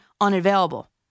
unavailable